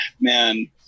man